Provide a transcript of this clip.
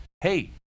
hey